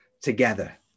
together